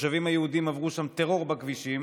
שהתושבים היהודים עברו שם טרור בכבישים,